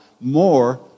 more